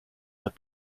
that